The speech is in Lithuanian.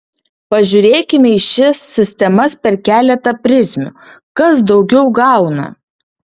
pažiūrėkime į šias sistemas per keletą prizmių kas daugiau gauna